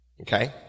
Okay